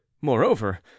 Moreover